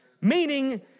Meaning